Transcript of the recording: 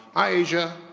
hi asia?